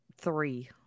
Three